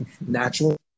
Natural